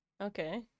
Okay